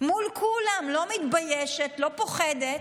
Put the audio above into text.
מול כולם, לא מתביישת, לא פוחדת,